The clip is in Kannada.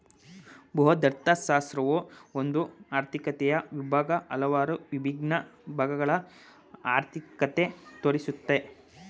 ಬೃಹದರ್ಥಶಾಸ್ತ್ರವು ಒಂದು ಆರ್ಥಿಕತೆಯ ವಿಭಾಗ, ಹಲವಾರು ವಿಭಿನ್ನ ಭಾಗಗಳ ಅರ್ಥಿಕತೆ ತೋರಿಸುತ್ತೆ